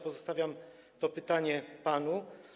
Pozostawiam to pytanie panu.